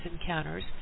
encounters